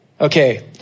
Okay